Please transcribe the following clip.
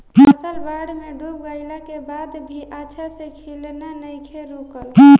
फसल बाढ़ में डूब गइला के बाद भी अच्छा से खिलना नइखे रुकल